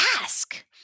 ask